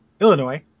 Illinois